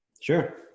Sure